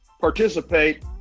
participate